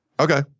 Okay